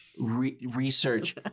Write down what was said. Research